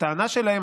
הטענה שלהם,